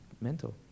mental